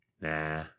Nah